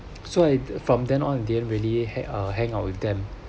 so I from then on I didn't really hang uh hang out with them